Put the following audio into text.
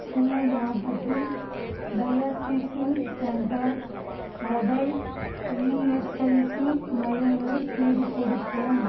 சென்னை மாவட்டத்தில் டயாசிசிங் சென்டர் வகை இஎஸ்ஐசி மையங்களை தேடிக் கொடுக்கவும்